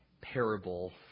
parable